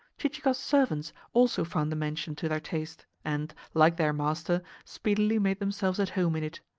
chichikov's servants also found the mansion to their taste, and, like their master, speedily made themselves at home in it.